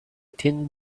thin